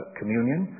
communion